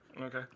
Okay